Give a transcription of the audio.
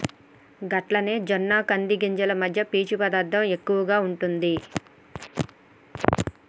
గట్లనే జొన్న కంది గింజలు మధ్య పీచు పదార్థం ఎక్కువగా ఉంటుంది